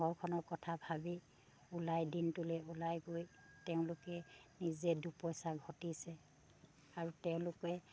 ঘৰখনৰ কথা ভাবি ওলাই দিনটোলে ওলাই গৈ তেওঁলোকে নিজে দুপইচা ঘটিছে আৰু তেওঁলোকে